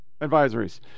advisories